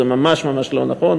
זה ממש ממש לא נכון.